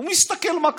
הוא מסתכל מה קרה.